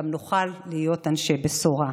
גם נוכל להיות אנשי בשורה.